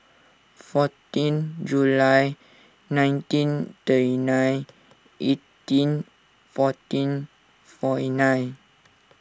fourteen July nineteen thirty nine eighteen fourteen forty nine